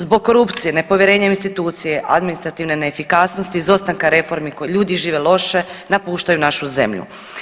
Zbog korupcije, nepovjerenja u institucije, administrativne neefikasnosti, zbog izostanka reformi ljudi žive loše, napuštaju našu zemlju.